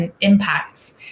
impacts